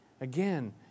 Again